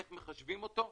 איך מחשבים אותו.